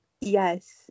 Yes